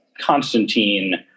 Constantine